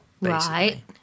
Right